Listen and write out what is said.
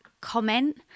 comment